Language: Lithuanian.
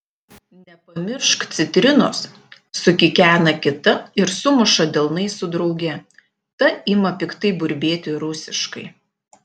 nepamiršk citrinos sukikena kita ir sumuša delnais su drauge ta ima piktai burbėti rusiškai